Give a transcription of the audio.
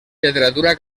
literatura